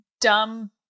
dumb